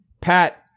Pat